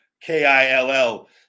K-I-L-L